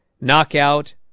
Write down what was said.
knockout